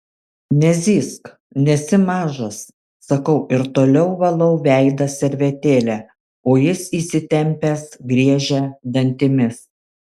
nezyzk nesi mažas sakau ir toliau valau veidą servetėle o jis įsitempęs griežia dantimis